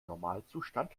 normalzustand